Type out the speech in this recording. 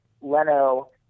Leno